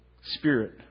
Spirit